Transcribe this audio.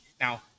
Now